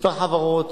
כמה חברות,